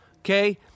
okay